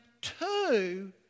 two